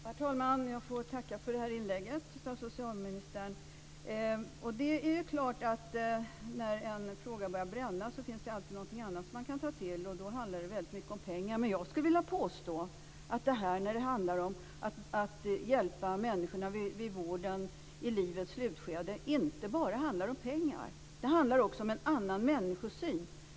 Herr talman! Jag får tacka för det här inlägget av socialministern. När en fråga börjar bränna är det klart att det alltid finns någonting annat som man kan ta till, och då handlar det mycket om pengar. Men jag skulle vilja påstå att när det handlar om att hjälpa människor med vården i livets slutskede handlar det inte bara om pengar. Det handlar också om en annan människosyn.